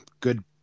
good